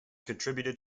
contributed